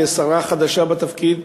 כשרה חדשה בתפקיד,